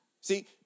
See